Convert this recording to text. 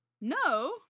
No